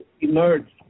emerged